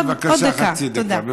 בבקשה, חצי דקה.